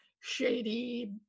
shady